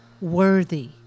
worthy